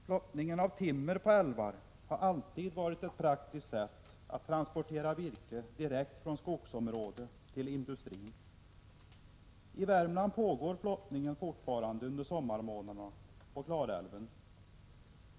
Flottning av timmer på älvar har alltid varit ett praktiskt sätt att transportera virke direkt från skogsområdet till industrin. I Värmland pågår flottningen fortfarande under sommarmånaderna på Klarälven.